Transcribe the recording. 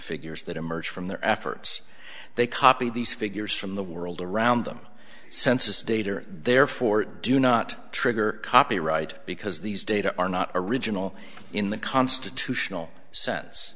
figures that emerge from their efforts they copied these figures from the world around them census data therefore do not trigger copyright because these data are not original in the constitutional sense